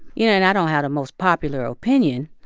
you know and i don't have the most popular opinion.